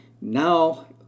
now